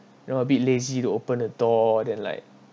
you know a bit lazy to open the door then like